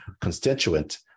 constituent